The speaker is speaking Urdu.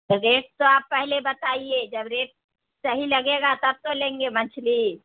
ریٹ تو آپ پہلے بتائیے جب ریٹ صحیح لگے گا تب تو لیں گے مچھلی